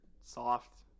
soft